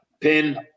Pin